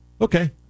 Okay